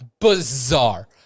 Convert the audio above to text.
bizarre